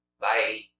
Bye